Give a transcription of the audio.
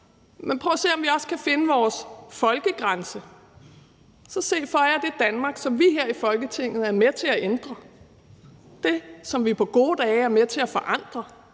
så prøv at se, om vi også kan finde vores folkegrænse, og så se for jer det Danmark, som vi her i Folketinget er med til at ændre, det, som vi på gode dage er med til at forandre,